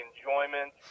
enjoyment